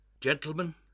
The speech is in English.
Gentlemen